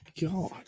god